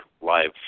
lives